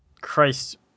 Christ